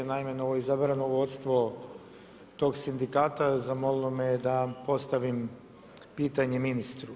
Naime novoizabrano vodstvo tog sindikata zamolilo me je da postavim pitanje ministru.